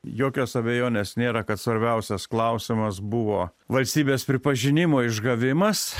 jokios abejonės nėra kad svarbiausias klausimas buvo valstybės pripažinimo išgavimas